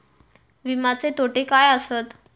विमाचे तोटे काय आसत?